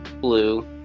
blue